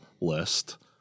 list